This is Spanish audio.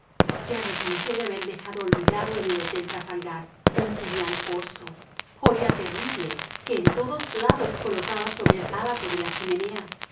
se arrepintió de haber dejado olvidado en el hotel trafalgar un puñal corso joya terrible que en todos lados colocaba sobre el ábaco de la chimenea